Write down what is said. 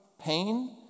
pain